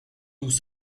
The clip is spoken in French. nous